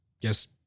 yes